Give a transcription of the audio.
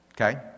Okay